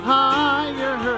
higher